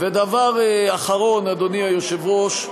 ודבר אחרון, אדוני היושב-ראש,